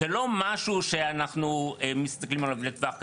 זה לא משהו שאנחנו מסתכלים עליו לטווח קצר,